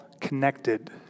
connected